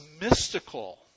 mystical